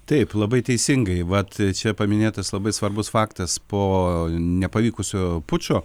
taip labai teisingai vat čia paminėtas labai svarbus faktas po nepavykusio pučo